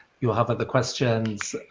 you have other questions,